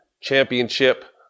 Championship